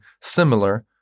similar